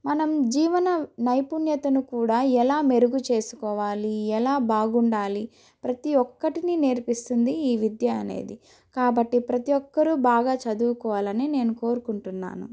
మనం జీవన నైపుణ్యతను కూడా ఎలా మెరుగు చేసుకోవాలి ఎలా బాగుండాలి ప్రతి ఒక్కటిని నేర్పిస్తుంది ఈ విద్య అనేది కాబట్టి ప్రతి ఒక్కరు బాగా చదువుకోవాలని నేను కోరుకుంటున్నాను